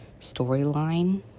storyline